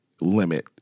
limit